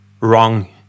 wrong